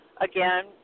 again